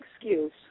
excuse